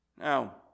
Now